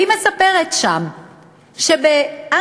והיא מספרת שם שבאנגליה,